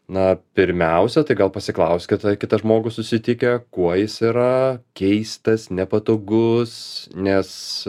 na pirmiausia tai gal pasiklauskit kitą žmogų susitikę kuo jis yra keistas nepatogus nes